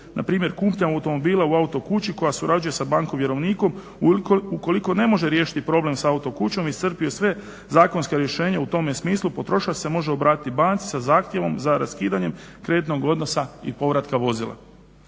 kupnja automobila u autokući koja surađuje sa bankom vjerovnikom ukoliko ne može riješiti problem sa autokućom iscrpio je sve zakonske rješenje u tome smislu, potrošač se može obratiti banci sa zahtjevom za raskidanjem kreditnog odnosa i povratka vozila.